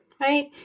right